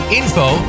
info